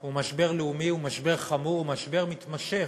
הוא משבר לאומי, הוא משבר חמור, הוא משבר מתמשך.